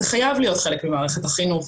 זה חייב להיות חלק ממערכת החינוך.